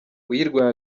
uyirwaye